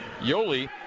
Yoli